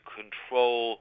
control